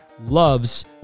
loves